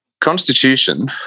Constitution